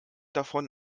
davon